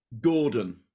Gordon